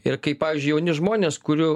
ir kai pavyzdžiui jauni žmonės kurių